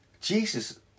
Jesus